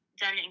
done